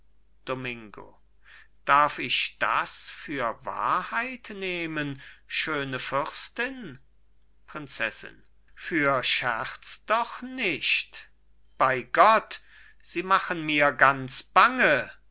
domingo darf ich das für wahrheit nehmen schöne fürstin prinzessin für scherz doch nicht bei gott sie machen mir ganz bange